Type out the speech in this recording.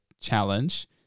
challenge